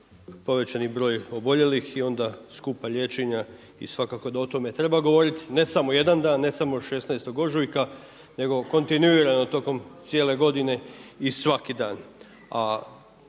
povećani broj oboljelih i onda skupa liječenja i svakako da o tome treba govoriti, ne samo jedan dan, ne samo 16. ožujka nego kontinuirano, tokom cijele godine i svaki dan.